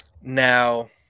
Now